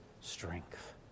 strength